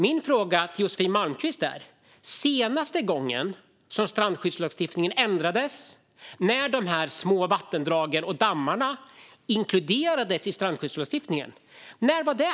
Min fråga till Josefin Malmqvist är: Senaste gången strandskyddslagstiftningen ändrades, när de små vattendragen och dammarna inkluderades, när var det?